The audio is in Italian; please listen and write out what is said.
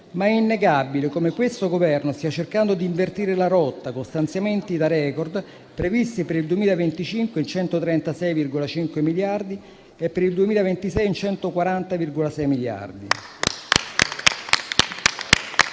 ma è innegabile come questo Governo stia cercando di invertire la rotta con stanziamenti da record previsti per il 2025 in 136,5 miliardi e per il 2026 in 140,6 miliardi